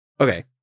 Okay